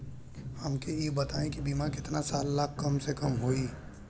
हमके ई बताई कि बीमा केतना साल ला कम से कम होई?